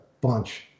bunch